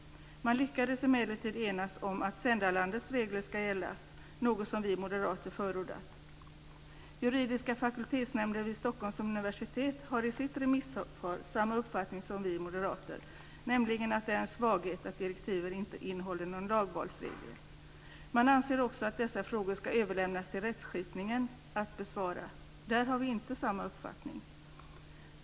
Man lyckades emellertid enas om att sändarlandets regler ska gälla, något som vi moderater förordat. Juridiska fakultetsnämnden vid Stockholms universitet har i sitt remissvar samma uppfattning som vi moderater, nämligen att det är en svaghet att direktivet inte innehåller någon lagvalsregel. Man anser också att dessa frågor ska överlämnas till rättsskipningen för besvarande. Där har vi inte samma uppfattning.